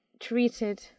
treated